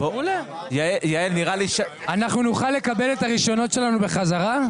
אנחנו נוכל לקבל את הרישיונות שלנו בחזרה?